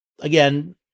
Again